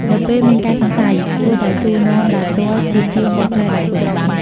នៅពេលមានការសង្ស័យ គួរតែសួរនាំដោយផ្ទាល់ជាជាងបកស្រាយដោយខ្លួនឯង។